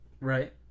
Right